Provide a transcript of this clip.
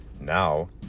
now